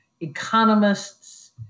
economists